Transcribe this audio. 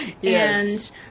Yes